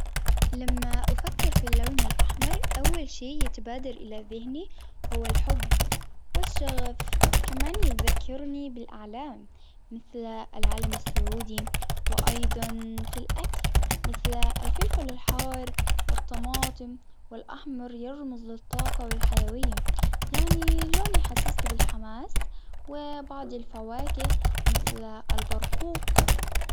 لما افكر في اللون الأحمر أول شي يتبادر الى ذهني هو الحب والشغف. كمان يذكرني بالإعلان. مثل العلم السعودي وأيضا في الأكل مثل الفلفل الحار والطماطم واالأحمر يغمرني بالطاقة والحيوية يعني لون يحسسك بالحماس وبعض الفواكه مثل البرقوق.